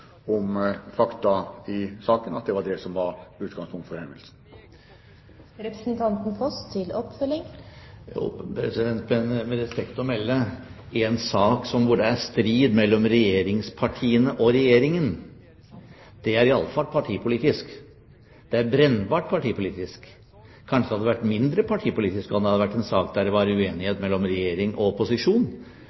om fakta i saken, og at det var det som var utgangspunktet for henvendelsen. Med respekt å melde, en sak hvor det er strid mellom regjeringspartiene og Regjeringen, er iallfall partipolitisk. Det er brennbart partipolitisk. Kanskje det hadde vært mindre partipolitisk om det hadde vært en sak der det var uenighet mellom regjering og opposisjon.